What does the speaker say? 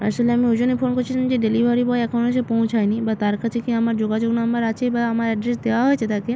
আসলে আমি ওই জন্যে ফোন করেছিলাম যে ডেলিভারি বয় এখনও এসে পৌঁছায়নি বা তার কাছে কি আমার যোগাযোগ নাম্বার আছে বা আমার অ্যাড্রেস দেওয়া হয়েছে তাকে